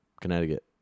Connecticut